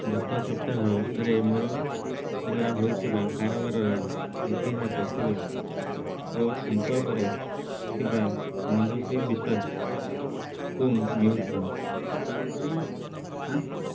ଗତ ସପ୍ତାହରେ ମୋର ଦ୍ୱାରା ହୋଇଥିବା କାରବାରର ଇତିହାସ ଖୋଲ ଓ ସମ୍ପର୍କରେ ଥିବା ମଞ୍ଜୁଶ୍ରୀ ବିଶ୍ୱାସ ଙ୍କୁ ମ୍ୟୁଟ୍ କର